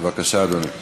בבקשה, אדוני.